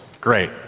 Great